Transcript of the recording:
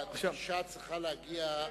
אשה צריכה להגיע,